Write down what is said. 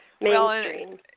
mainstream